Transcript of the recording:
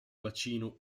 bacino